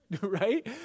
right